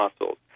muscles